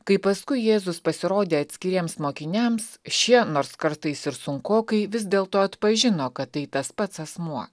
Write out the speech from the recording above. kai paskui jėzus pasirodė atskiriems mokiniams šie nors kartais ir sunkokai vis dėlto atpažino kad tai tas pats asmuo